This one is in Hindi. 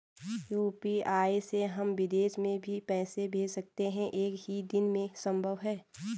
यु.पी.आई से हम विदेश में भी पैसे भेज सकते हैं एक ही दिन में संभव है?